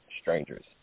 strangers